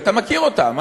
אתה מכיר אותם,